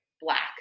Black